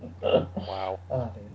wow